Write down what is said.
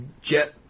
jet